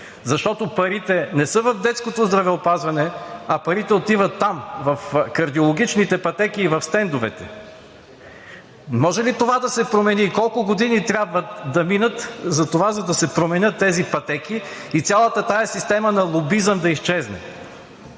Защото парите не са в детското здравеопазване, а парите отиват там – в кардиологичните пътеки и в стендовете. Може ли това да се промени и колко години трябва да минат, за да се променят пътеките, и цялата тази система на лобизъм да изчезне?